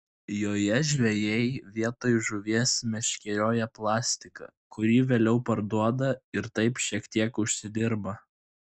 joje žvejai vietoj žuvies meškerioja plastiką kurį vėliau parduoda ir taip šiek tiek užsidirba